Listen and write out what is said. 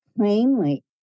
plainly